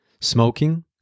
smoking